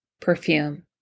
perfume